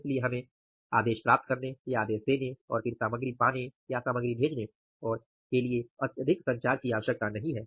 इसलिए हमें आदेश प्राप्त करने या आदेश देने और फिर सामग्री पाने या सामग्री भेजने और अत्यधिक संचार की आवश्यकता नहीं है